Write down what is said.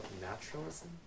naturalism